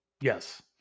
Yes